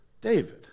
David